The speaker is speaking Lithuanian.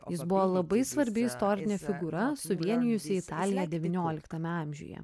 jis buvo labai svarbi istorinė figūra suvienijusi italiją devynioliktame amžiuje